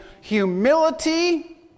humility